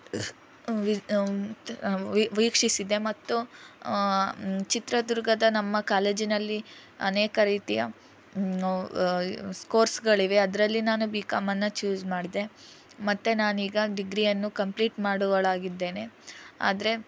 ವೀಕ್ಷಿಸಿದೆ ಮತ್ತು ಚಿತ್ರದುರ್ಗದ ನಮ್ಮ ಕಾಲೇಜಿನಲ್ಲಿ ಅನೇಕ ರೀತಿಯ ಸ್ಕೋರ್ಸ್ಗಳಿವೆ ಅದರಲ್ಲಿ ನಾನು ಬಿ ಕಾಂ ಅನ್ನು ಚೂಸ್ ಮಾಡಿದೆ ಮತ್ತೆ ನಾನೀಗ ಡಿಗ್ರಿಯನ್ನು ಕಂಪ್ಲೀಟ್ ಮಾಡುವವಳಾಗಿದ್ದೇನೆ ಆದರೆ